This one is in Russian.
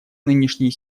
нынешней